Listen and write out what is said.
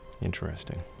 Interesting